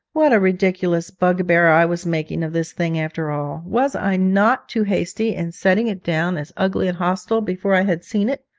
what a ridiculous bugbear i was making of this thing after all! was i not too hasty in setting it down as ugly and hostile before i had seen it.